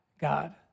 God